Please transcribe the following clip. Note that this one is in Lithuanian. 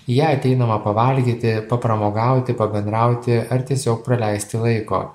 į ją ateinama pavalgyti papramogauti pabendrauti ar tiesiog praleisti laiko